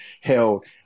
held